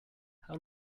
how